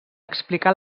explicar